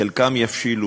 חלקן יבשילו